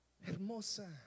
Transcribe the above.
Hermosa